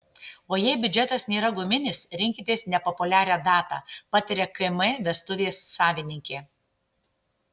o jei biudžetas nėra guminis rinkitės nepopuliarią datą pataria km vestuvės savininkė